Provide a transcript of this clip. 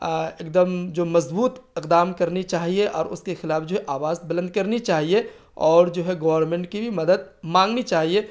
ایک دم جو مضبوط اقدام کرنی چاہیے اور اس کے خلاف جو ہے آواز بلند کرنی چاہیے اور جو ہے گورنمنٹ کی بھی مدد مانگنی چاہیے